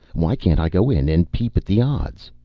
why can't i go in and peep at the odds?